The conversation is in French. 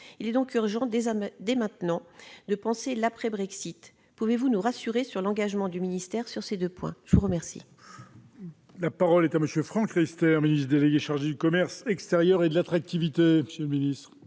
Il est donc urgent dès maintenant de penser l'après-Brexit. Pouvez-vous nous rassurer sur l'engagement du ministère sur ces deux points ? La parole